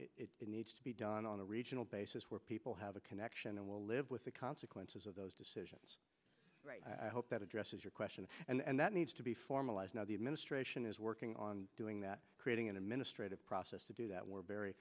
imposed it needs to be done on a regional basis where people have a connection and will live with the consequences of those decisions i hope that addresses your question and that needs to be formalized now the administration is working on doing that creating a i'm in a straight up process to do that we're very